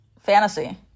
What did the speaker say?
fantasy